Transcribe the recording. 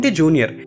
junior